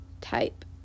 Type